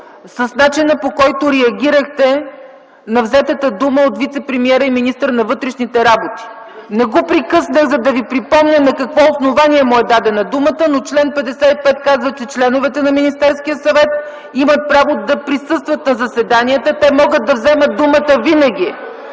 с начина, по който реагирахте на взетата дума от вицепремиера и министър на вътрешните работи. Не го прекъснах, за да ви припомня на какво основание му е дадена думата, но чл. 55 казва, че членовете на Министерския съвет имат право да присъстват на заседанията. Те могат да вземат думата винаги,